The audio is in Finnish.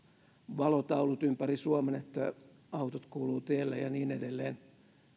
valotaulut ympäri suomen siitä että autot kuuluvat tielle ja niin edelleen